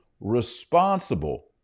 responsible